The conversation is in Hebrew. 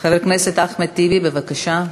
חבר הכנסת אחמד טיבי, בבקשה.